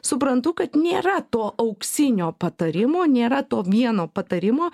suprantu kad nėra to auksinio patarimo nėra to vieno patarimo